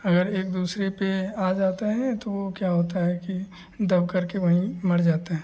अगर एक दूसरे पर आ जाते हैं तो वह क्या होता है कि दब करके वहीं मर जाते हैं